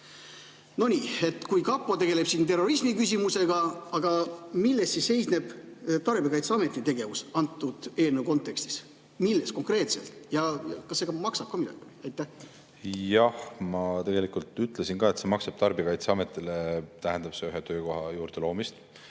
No nii, kui kapo tegeleb terrorismi küsimusega, siis milles seisneb tarbijakaitseameti tegevus selle eelnõu kontekstis? Milles konkreetselt? Ja kas see ka maksab midagi? Jah! Ma tegelikult ütlesin, et see maksab: tarbijakaitseametile tähendab see ühe töökoha juurde loomist,